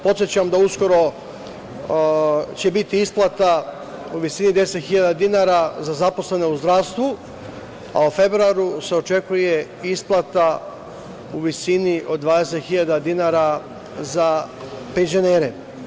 Podsećam da uskoro će biti isplata u visini od 10.000 dinara za zaposlene u zdravstvu, a u februaru se očekuje isplata u visini od 20.000 dinara za penzionere.